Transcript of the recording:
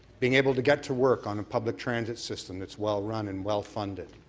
being able to get to work on a public transit system that's well-run and well funded,